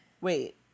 Wait